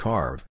Carve